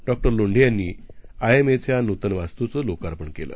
डॉ लोंढे यांनी I M A च्या नूतन वास्तूचं लोकार्पण केलं